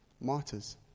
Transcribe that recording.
Martyrs